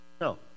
No